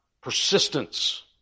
persistence